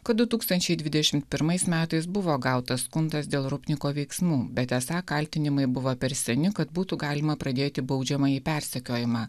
kad du tūkstančiai dvidešimt pirmais metais buvo gautas skundas dėl rupniko veiksmų bet esą kaltinimai buvo per seni kad būtų galima pradėti baudžiamąjį persekiojimą